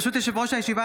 ברשות יושב-ראש הישיבה,